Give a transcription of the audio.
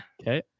okay